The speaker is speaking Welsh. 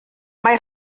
mae